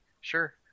Sure